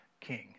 king